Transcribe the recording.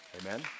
amen